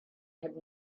had